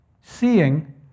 Seeing